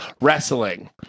Wrestling